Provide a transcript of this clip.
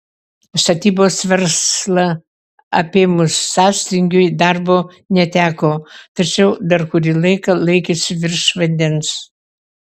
statybos verslą apėmus sąstingiui darbo neteko tačiau dar kurį laiką laikėsi virš vandens